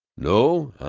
no,